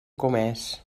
comés